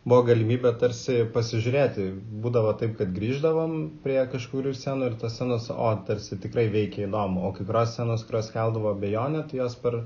buvo galimybė tarsi pasižiūrėti būdavo taip kad grįždavom prie kažkurių scenų ir tos senos o tarsi tikrai veikė įdomu o kai kurios scenos kurios keldavo abejonių jos per